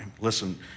listen